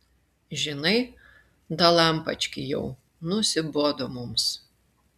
žinai dalampački jau nusibodo mums